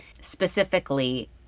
specifically